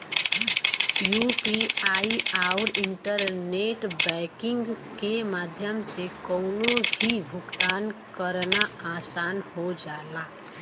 UPI आउर internet banking के माध्यम से कउनो भी भुगतान करना आसान हो जाला